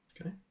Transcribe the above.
Okay